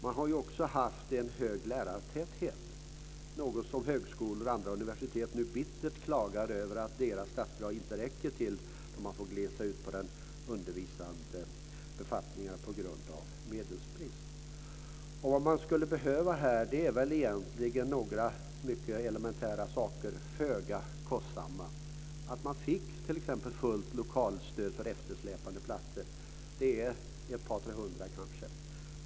Man har också haft en hög lärartäthet, något som andra högskolor och universitet nu bittert klagar över att deras statsbidrag inte räcker till, då man fått glesa ut de undervisande befattningarna på grund av medelsbrist. Det man skulle behöva här är egentligen några mycket elementära saker, föga kostsamma, t.ex. fullt lokalstöd för eftersläpande platser. Det rör sig kanske om ett par tre hundra.